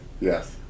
yes